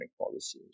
policies